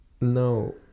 No